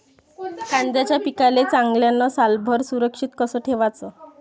कांद्याच्या पिकाले चांगल्यानं सालभर सुरक्षित कस ठेवाचं?